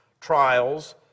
trials